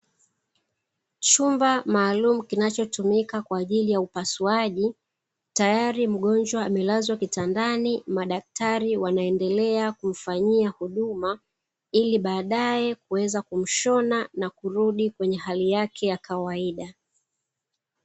Chumba maalumu kinachotumika kwaajili ya upasuaji madaktari wanamfanyia huduma ili kumshona kurudi kwenye hali ya kawaida